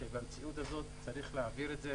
שבמציאות הזאת צריך להעביר את זה,